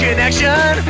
Connection